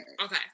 Okay